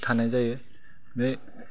थानाय जायो बे